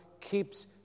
keeps